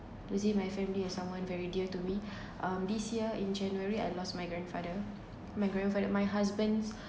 losing my family and someone very dear to me um this year in january I lost my grandfather my grandfather my husband's